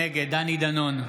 נגד דני דנון,